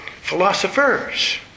philosophers